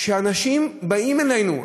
אנשים באים אלינו,